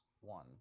One